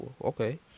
okay